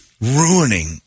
ruining